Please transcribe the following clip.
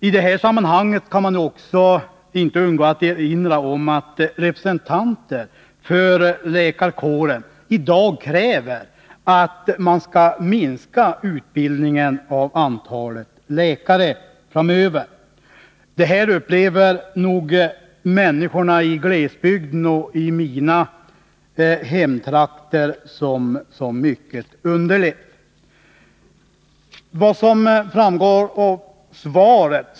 I det här sammanhanget kan jag inte undgå att också erinra om att representanter för läkarkåren i dag kräver att man framöver skall minska utbildningen av läkare. Detta krav upplever nog människorna i glesbygden och i mina hemtrakter som mycket underligt.